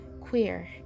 Queer